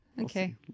Okay